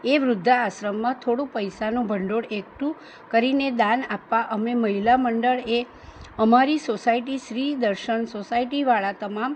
એ વૃદ્ધાશ્રમમાં થોડું પૈસાનું ભંડોળ એકઠું કરીને દાન આપવા અમે મહિલા મંડળે અમારી સોસાયટી શ્રી દર્શન સોસાયટીવાળા તમામ